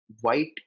white